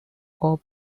all